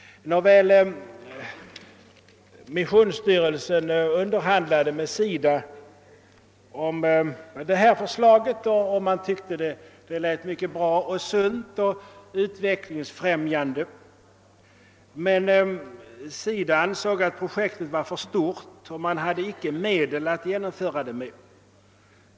Missionsstyrelsen underhandlade med SIDA om det här projektet. Man tyckte det lät bra och sunt och utvecklingsfrämjande, men SIDA ansåg att projektet var för stort och att det icke fanns medel att genomföra det.